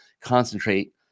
concentrate